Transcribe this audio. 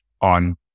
on